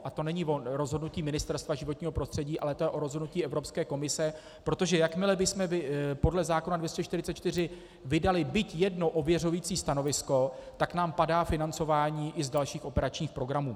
A to není o rozhodnutí Ministerstva životního prostředí, ale je to o rozhodnutí Evropské komise, protože jakmile bychom podle zákona 244 vydali byť jedno ověřující stanovisko, tak nám padá financování i z dalších operačních programů.